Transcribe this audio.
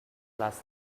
last